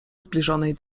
zbliżonej